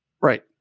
Right